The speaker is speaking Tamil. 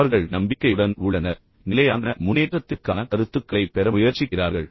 அவர்கள் நம்பிக்கையுடன் உள்ளனர் மேலும் நிலையான முன்னேற்றத்திற்கான கருத்துக்களைப் பெற முயற்சிக்கிறார்கள்